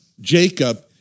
Jacob